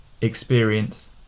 experience